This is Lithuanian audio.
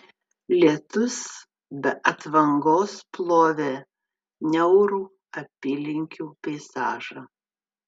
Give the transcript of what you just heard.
lietus be atvangos plovė niaurų apylinkių peizažą